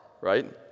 right